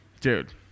dude